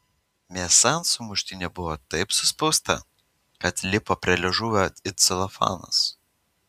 mėsa ant sumuštinio buvo taip suspausta kad lipo prie liežuvio it celofanas